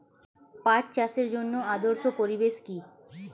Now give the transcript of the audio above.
পাট চাষের জন্য আদর্শ পরিবেশ কি?